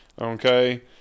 Okay